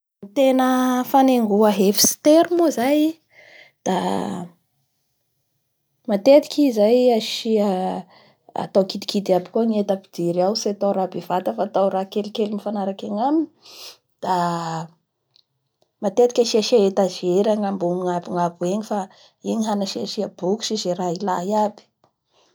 Ny tena fanengoa efitsy tery moa zay da matetiky i zay asia, atao kidikidy aby koa ny enta apidiry ao tsy atao raha bevata fa atao raha kelikely mifanarakay agnaminy da matetiky asiasia etagera ny gnabon'angabo eny fa eny hansiasia boky sy ze raha ilay aby.